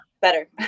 better